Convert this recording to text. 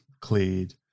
cleared